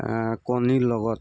কণীৰ লগত